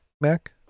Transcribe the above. Mac